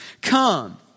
Come